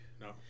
No